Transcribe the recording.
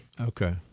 Okay